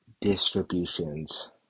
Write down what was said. distributions